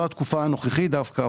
לא התקופה הנוכחית דווקא,